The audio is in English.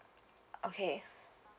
okay